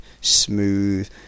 smooth